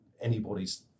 anybody's